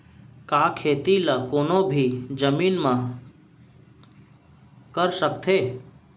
का खेती ला कोनो भी जमीन म कर सकथे?